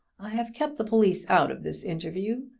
i have kept the police out of this interview.